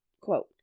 quote